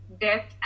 death